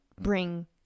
bring